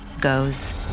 goes